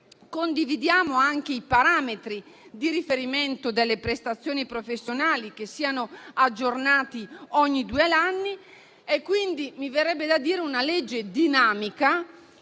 Condividiamo anche che i parametri di riferimento delle prestazioni professionali siano aggiornati ogni due anni. Mi verrebbe da dire che si tratta